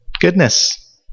Goodness